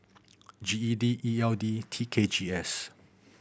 G E D E L D T K G S